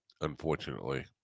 unfortunately